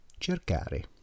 cercare